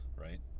right